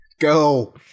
Go